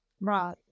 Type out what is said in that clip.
Right